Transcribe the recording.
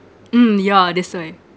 mm yeah that's why